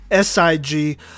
SIG